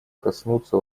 коснуться